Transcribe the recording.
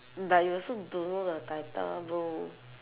but you also don't know the title bro